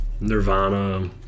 Nirvana